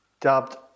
dubbed